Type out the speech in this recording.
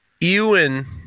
Ewan